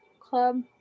club